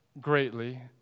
greatly